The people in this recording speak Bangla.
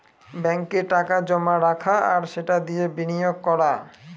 ব্যাঙ্কে টাকা জমা রাখা আর সেটা দিয়ে বিনিয়োগ করা